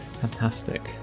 fantastic